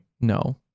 No